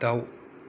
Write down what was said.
दाउ